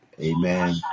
Amen